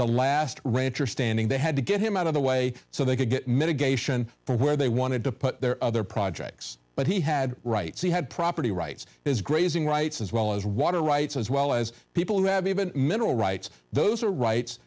the last rancher standing they had to get him out of the way so they could get mitigation for where they wanted to put their other projects but he had rights he had property rights his grazing rights as well as water rights as well as people who have even mineral rights those are rights